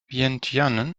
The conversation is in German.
vientiane